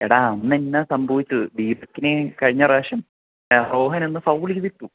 എടാ അന്ന് എന്നാണ് സംഭവിച്ചത് ദീപക്കിനെ കഴിഞ്ഞ പ്രാവശ്യം സോഹനൊന്ന് ഫൗൾ ചെയ്തിട്ടു